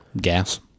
gas